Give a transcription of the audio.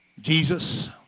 Jesus